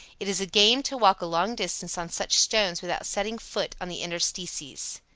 it is a game to walk a long distance on such stones without setting foot on the interstices.